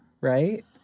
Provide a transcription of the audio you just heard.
right